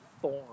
form